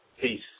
Peace